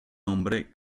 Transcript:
ombre